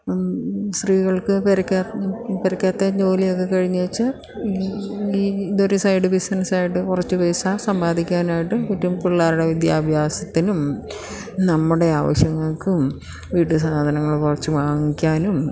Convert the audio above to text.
സ്ത്രീകൾക്ക് പുരയ്ക്കകത്ത് പുരയ്ക്കകത്ത് ജോലിയൊക്കെ കഴിഞ്ഞു വെച്ചാൽ ഈ ഇതൊരു സൈഡ് ബിസിനസ്സായിട്ട് കുറച്ച് പൈസ സമ്പാദിക്കാനായിട്ട് പറ്റും പിള്ളാരുടെ വിദ്യാഭ്യാസത്തിനും നമ്മുടെ ആവശ്യങ്ങൾക്കും വീട്ടുസാധനങ്ങൾ കുറച്ച് വാങ്ങിക്കാനും